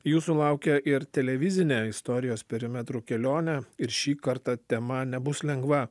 jūsų laukia ir televizinė istorijos perimetru kelionė ir šį kartą tema nebus lengva